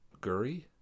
Guri